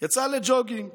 יצאה דנה לג'וגינג